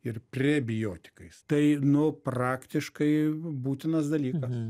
ir prebiotikais tai nu praktiškai būtinas dalykas